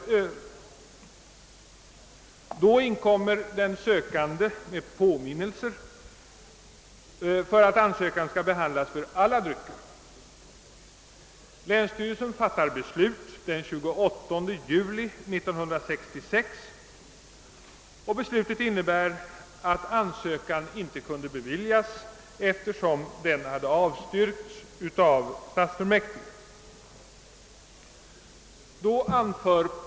Men då inkom den sökande med påminnelser om att ansökan skulle gälla samtliga drycker. Den 28 juli 1966 fattade länsstyrelsen beslut, att ansökan inte kunde beviljas därför att den hade avstyrkts av fullmäktige.